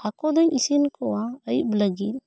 ᱦᱟᱹᱠᱩ ᱫᱩᱧ ᱤᱥᱤᱱ ᱠᱚᱣᱟ ᱟᱹᱭᱩᱵ ᱞᱟᱹᱜᱤᱫ